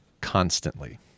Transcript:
Constantly